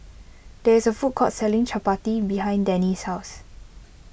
there is a food court selling Chapati behind Dannie's house